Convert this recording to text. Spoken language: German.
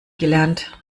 gelernt